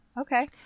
Okay